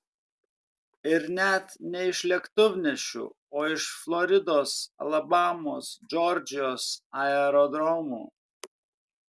ir net ne iš lėktuvnešių o iš floridos alabamos džordžijos aerodromų